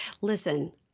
Listen